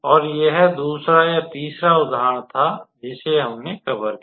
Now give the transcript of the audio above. और यह दूसरा या तीसरा उदाहरण था जिसे हमने कवर किया